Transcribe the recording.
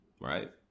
right